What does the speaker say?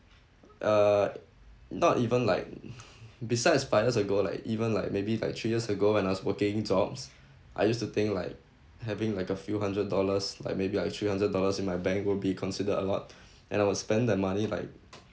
uh not even like besides five years ago like even like maybe like three years ago when I was working jobs I used to think like having like a few hundred dollars like maybe like three hundred dollars in my bank will be considered a lot and I will spend the money like